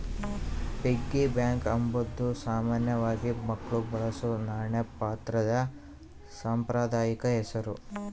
piggy bank ಅಂಬಾದು ಸಾಮಾನ್ಯವಾಗಿ ಮಕ್ಳು ಬಳಸೋ ನಾಣ್ಯ ಪಾತ್ರೆದು ಸಾಂಪ್ರದಾಯಿಕ ಹೆಸುರು